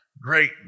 Great